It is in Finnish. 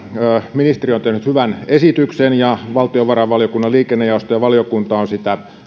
ministeri on tehnyt hyvän esityksen ja valtiovarainvaliokunnan liikennejaosto ja valiokunta ovat sitä